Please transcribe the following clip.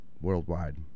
worldwide